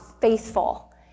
faithful